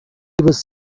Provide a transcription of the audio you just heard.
was